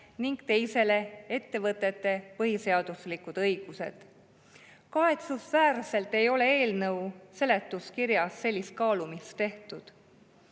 ning teisele ettevõtete põhiseaduslikud õigused. Kahetsusväärselt ei ole eelnõu seletuskirja kohaselt sellist kaalumist tehtud.